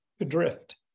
adrift